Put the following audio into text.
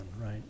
right